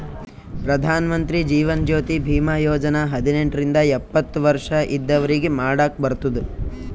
ಪ್ರಧಾನ್ ಮಂತ್ರಿ ಜೀವನ್ ಜ್ಯೋತಿ ಭೀಮಾ ಯೋಜನಾ ಹದಿನೆಂಟ ರಿಂದ ಎಪ್ಪತ್ತ ವರ್ಷ ಇದ್ದವ್ರಿಗಿ ಮಾಡಾಕ್ ಬರ್ತುದ್